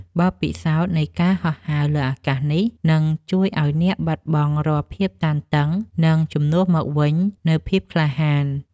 បទពិសោធន៍នៃការហោះហើរលើអាកាសនេះ នឹងជួយឱ្យអ្នកបាត់បង់រាល់ភាពតានតឹង និងជំនួសមកវិញនូវភាពក្លាហាន។